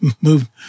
moved